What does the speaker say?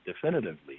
definitively